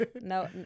no